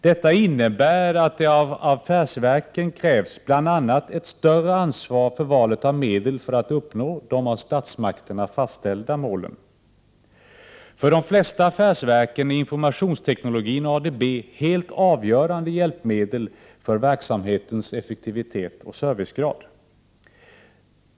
Detta innebär att det av affärsverken krävs bl.a. ett större ansvar för valet av medel för att uppnå de av statsmakterna fastställda målen. För de flesta affärsverk är informationsteknologi och ADB helt avgörande hjälpmedel för verksamhetens effektivitet och servicegrad.